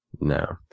No